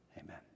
Amen